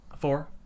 four